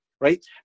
Right